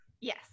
Yes